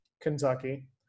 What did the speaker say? kentucky